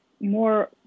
more